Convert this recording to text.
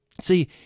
See